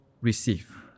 receive